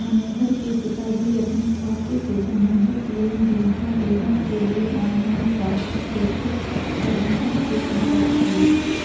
मनोहर के पिताजी अपने खाते से संबंधित लेन देन का विवरण के लिए ऑनलाइन पासबुक हेतु प्रबंधक से संपर्क किए